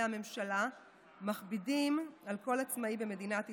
הממשלה מכבידים עול ענקי על כל עצמאי במדינת ישראל.